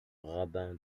rabbin